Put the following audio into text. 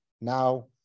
Now